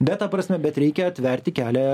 bet ta prasme bet reikia atverti kelią